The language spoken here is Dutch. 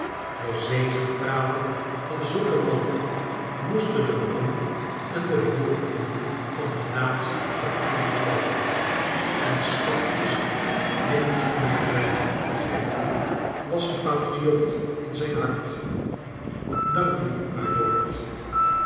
de zegepraien van zulke mannen moesten den roem en de hulpmiddelen van de natie ten goede komen en schatkist dit moest mijnheer merdle goed begrijpen was een patriot in zijn hart dank n